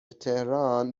تهران